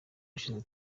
ushinzwe